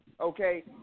okay